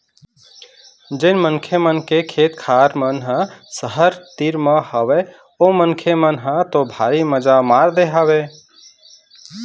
जेन मनखे मन के खेत खार मन ह सहर तीर म हवय ओ मनखे मन ह तो भारी मजा मार दे हवय